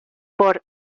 por